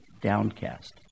downcast